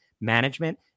management